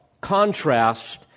contrast